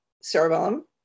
cerebellum